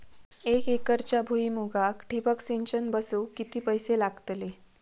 एक एकरच्या भुईमुगाक ठिबक सिंचन बसवूक किती पैशे लागतले?